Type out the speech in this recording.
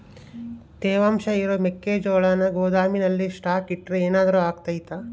ತೇವಾಂಶ ಇರೋ ಮೆಕ್ಕೆಜೋಳನ ಗೋದಾಮಿನಲ್ಲಿ ಸ್ಟಾಕ್ ಇಟ್ರೆ ಏನಾದರೂ ಅಗ್ತೈತ?